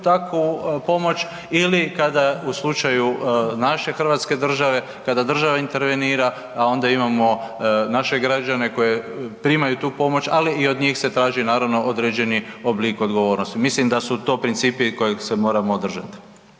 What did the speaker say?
takvu pomoć ili kada u slučaju naše hrvatske države, kada država intervenira, a ona imamo naše građane koji primaju tu pomoć, ali i od njih se traži naravno određeni oblik odgovornosti. Mislim da su to principi kojih se moramo držati.